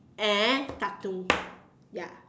and cartoon ya